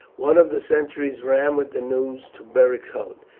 one of the sentries ran with the news to beric's hut.